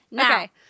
Okay